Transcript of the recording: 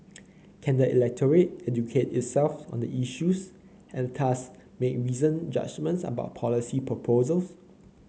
can the electorate educate itself on the issues and thus make reasoned judgements about policy proposals